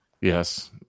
yes